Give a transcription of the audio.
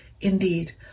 Indeed